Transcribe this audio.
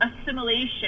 assimilation